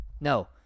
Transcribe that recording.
No